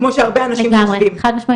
כמו שהרבה אנשים חושבים.